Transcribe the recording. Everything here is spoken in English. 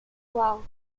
wow